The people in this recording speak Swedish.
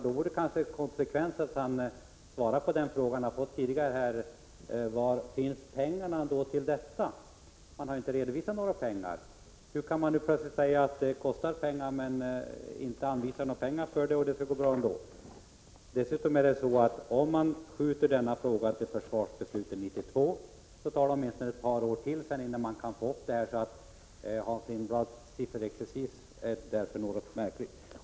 Det vore därför konsekvent om han svarade på den fråga som han tidigare har fått, nämligen var dessa pengar skall tas. Han har inte redovisat detta. Om denna fråga skjuts upp till försvarsbeslutet 1992, tar det åtminstone ett par år innan ytterligare en Drakendivision kan sättas upp. Hans Lindblads sifferexercis är därför något märklig.